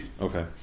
Okay